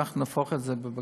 אנחנו נהפוך את זה בבג"ץ.